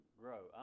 grow